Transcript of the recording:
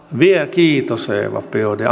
kiitos edustaja biaudet